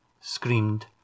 screamed